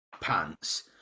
pants